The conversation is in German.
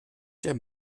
der